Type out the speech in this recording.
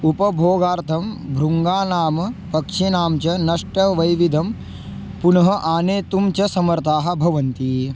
उपभोगार्थं भृङ्गानां पक्षिणां च नष्ट वैविध्यं पुनः आनेतुं च समर्थाः भवन्ति